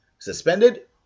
Suspended